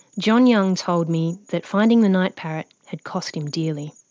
john young told me that finding the night parrot had cost him dearly.